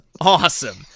awesome